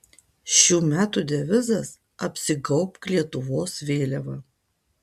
šių metų devizas apsigaubk lietuvos vėliava